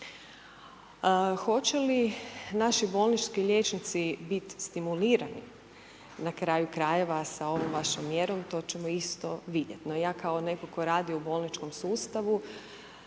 Hoće li naši bolnički liječnici bit stimulirani na kraju krajeva sa ovom vašom mjerom, to ćemo isto vidjet. No ja kao netko tko radi u bolničkom sustavu